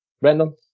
Brandon